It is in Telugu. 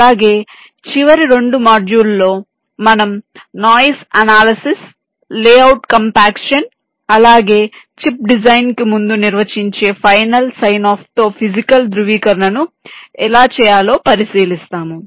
అలాగే చివరి రెండు మాడ్యూళ్ళలో మనం నాయిస్ అనాలసిస్ లేఅవుట్ కంపాక్షన్ అలాగే చిప్ డిజైన్ కు ముందు నిర్వచించే ఫైనల్ సైన్ ఆఫ్ తో ఫిజికల్ ధృవీకరణను ఎలా చెయ్యాలో పరిశీలిస్తాము